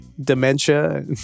dementia